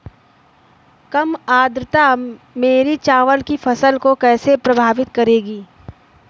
कम आर्द्रता मेरी चावल की फसल को कैसे प्रभावित करेगी?